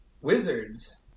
Wizards